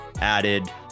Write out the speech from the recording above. added